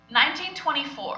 1924